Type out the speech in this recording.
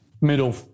middle